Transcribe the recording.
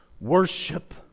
worship